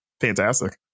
fantastic